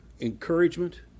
encouragement